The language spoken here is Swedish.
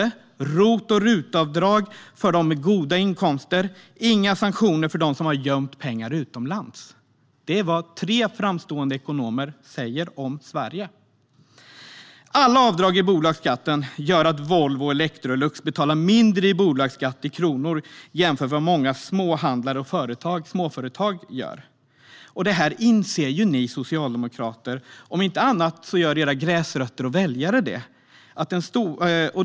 Det finns ROT och RUT-avdrag för dem med goda inkomster. Det finns inte heller några sanktioner för dem som har gömt pengar utomlands. Det är vad tre framstående ekonomer säger om Sverige. Alla avdrag i bolagsskatten gör att Volvo och Electrolux betalar mindre i bolagsskatt i kronor jämfört med många småhandlare och småföretag. Det här inser ju ni socialdemokrater. Om inte annat gör era gräsrötter och väljare det.